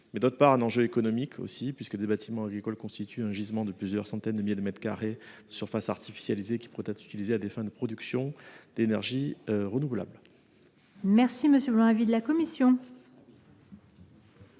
et, d’autre part, d’un enjeu économique, puisque les bâtiments agricoles constituent un gisement de plusieurs centaines de milliers de mètres carrés de surfaces artificialisées, qui pourraient être utilisées à des fins de production d’énergies renouvelables. Quel est l’avis de la commission